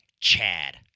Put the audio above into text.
Chad